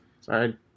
Sorry